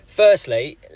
Firstly